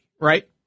right